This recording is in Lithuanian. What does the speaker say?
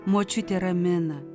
močiutė ramina